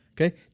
Okay